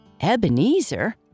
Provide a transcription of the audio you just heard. Ebenezer